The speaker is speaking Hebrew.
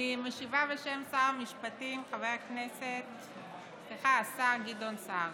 אני משיבה בשם שר המשפטים, השר גדעון סער.